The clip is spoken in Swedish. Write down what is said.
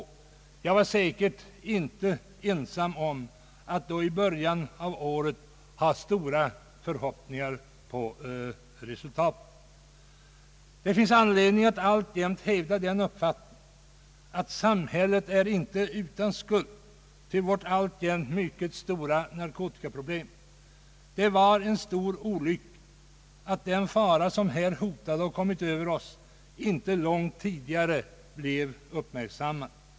Jag var säkert inte ensam om att i början av året ha stora förhoppningar på resultatet. Det finns anledning att alltjämt hävda den uppfattningen att samhället inte är utan skuld till vårt fortfarande mycket stora narkotikaproblem. Det var en stor olycka att den fara, som här hotade och nu kommit över oss, inte långt tidigare blev uppmärksammad.